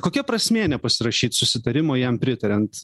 kokia prasmė nepasirašyt susitarimo jam pritariant